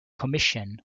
commission